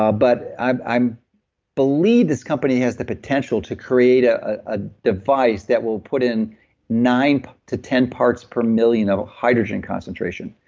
but i believe this company has the potential to create a ah device that will put in nine to ten parts per million of hydrogen concentration.